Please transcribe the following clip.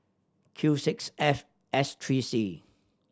Q six F S three C